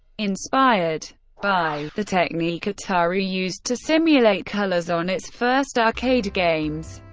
inspired by the technique atari used to simulate colors on its first arcade games,